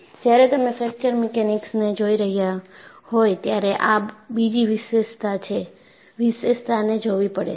જ્યારે તમે ફ્રેક્ચર મિકેનિક્સને જોઈ રહ્યા હોય ત્યારે આ બીજી વિશેષતાને જોવી પડે છે